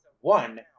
One